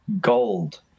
gold